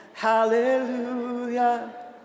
Hallelujah